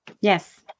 Yes